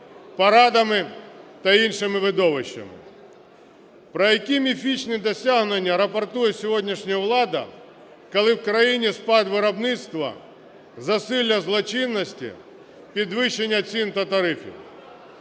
парадами та іншими видовищами. Про які міфічні досягнення рапортує сьогоднішня влада, коли в країні спад виробництва, засилля злочинності, підвищення цін та тарифів?